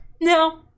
no